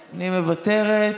אני, מוותרת.